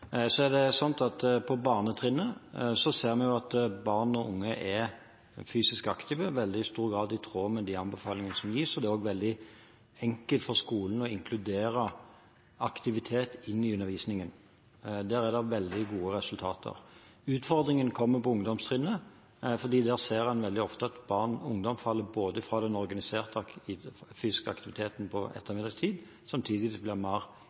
veldig stor grad i tråd med de anbefalingene som gis, og det er også veldig enkelt for skolen å inkludere aktivitet i undervisningen. Der er det veldig gode resultater. Utfordringen kommer på ungdomstrinnet. Der ser en veldig ofte at barn og ungdom faller fra den organiserte fysiske aktiviteten på ettermiddagen, samtidig som de blir mer